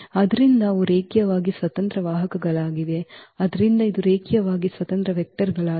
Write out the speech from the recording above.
ಆದ್ದರಿಂದ ಅವು ರೇಖೀಯವಾಗಿ ಸ್ವತಂತ್ರ ವಾಹಕಗಳಾಗಿವೆ ಆದ್ದರಿಂದ ಇವು ರೇಖೀಯವಾಗಿ ಸ್ವತಂತ್ರ ವೆಕ್ಟರ್ ಗಳಾಗಿವೆ